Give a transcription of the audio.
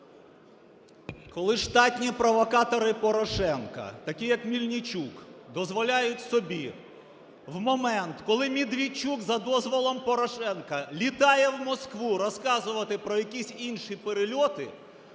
Коли штатні провокатори Порошенка такі, як Мельничук, дозволяють собі в момент, коли Медведчук за дозволом Порошенка літає в Москву розказувати про якісь інші перельоти,